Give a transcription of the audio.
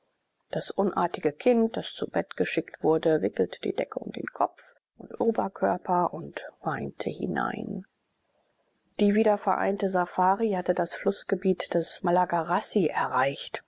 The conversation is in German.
das unartige kind das zu bett geschickt wurde wickelte die decke um den kopf und oberkörper und weinte hinein die wieder vereinigte safari hatte das flußgebiet des malagarassi erreicht